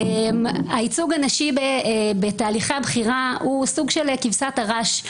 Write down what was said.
הייצוג הנשי בתהליכי הבחירה הוא סוג של כבשת הרש,